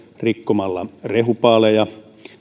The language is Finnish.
rikkomalla rehupaaleja